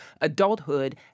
adulthood